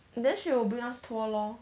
then she will bring us tour lor